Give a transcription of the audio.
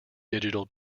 digital